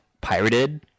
pirated